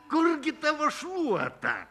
kurgi tavo šluota